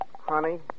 Honey